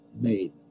made